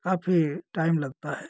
काफी टाइम लगता है